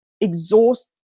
exhaust